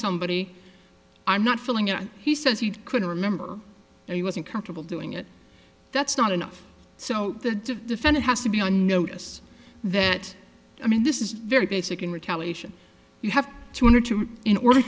somebody i'm not feeling it he says he couldn't remember and he wasn't comfortable doing it that's not enough so the defendant has to be on notice that i mean this is very basic in retaliation you have to wonder to in order